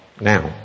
now